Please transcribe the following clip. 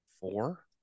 Four